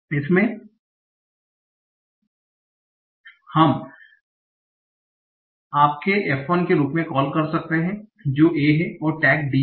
इसमें हम आपके f 1 के रूप में कॉल कर सकते हैं जो a है और टैग D है